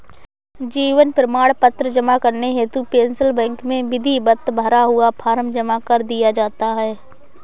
जीवन प्रमाण पत्र जमा करने हेतु पेंशन बैंक में विधिवत भरा हुआ फॉर्म जमा कर दिया जाता है